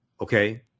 Okay